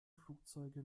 flugzeuge